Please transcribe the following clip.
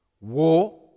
War